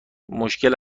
مشکل